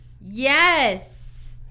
Yes